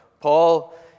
Paul